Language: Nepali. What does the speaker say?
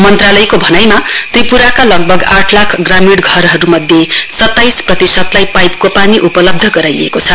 मन्त्रालयको भनाइमा व्रिप्राका लगभग आठ लाख ग्रामीण घरहरूमध्ये सताइस प्रतिशतलाई पाइपको पानी उपलब्ध गराइको छ